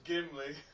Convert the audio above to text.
Gimli